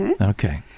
Okay